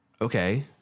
Okay